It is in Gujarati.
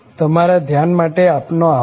તમારા ધ્યાન માટે આપનો આભાર